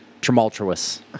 tumultuous